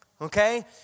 Okay